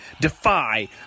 Defy